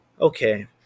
Okay